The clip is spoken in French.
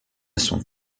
son